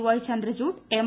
Y Chandrachud M